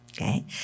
Okay